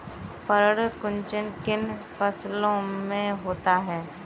पर्ण कुंचन किन फसलों में होता है?